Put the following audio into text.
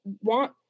want